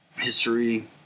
History